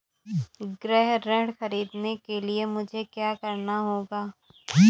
गृह ऋण ख़रीदने के लिए मुझे क्या करना होगा?